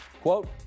quote